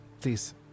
please